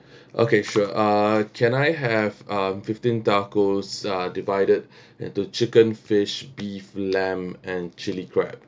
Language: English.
okay sure uh can I have um fifteen tacos uh divided into chicken fish beef lamb and chilli crab